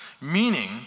Meaning